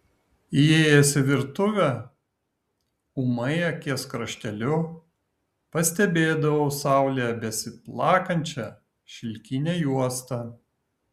įėjęs į virtuvę ūmai akies krašteliu pastebėdavau saulėje besiplakančią šilkinę juostą